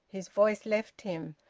his voice left him.